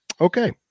Okay